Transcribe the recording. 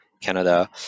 Canada